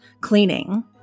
cleaning